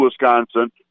wisconsin